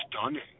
stunning